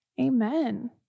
Amen